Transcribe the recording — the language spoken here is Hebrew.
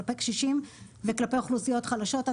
כלפי קשישים וכלפי אוכלוסיות חלשות,